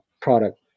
product